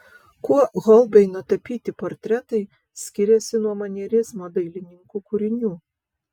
kuo holbeino tapyti portretai skiriasi nuo manierizmo dailininkų kūrinių